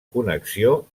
connexió